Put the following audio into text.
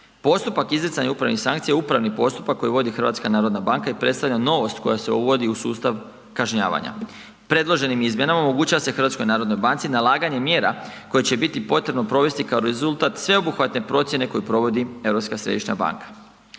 Postupak izricanja upravnih sankcija je upravni postupak koji vodi HNB i predstavlja novost koja se uvodi u sustav kažnjavanja. Predloženim izmjenama omogućava se HNB-u nalaganje mjera koje će biti potrebno provesti kao rezultat sveobuhvatne procjene koje provodi Europska središnja banka.